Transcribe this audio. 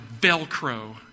Velcro